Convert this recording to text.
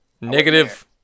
Negative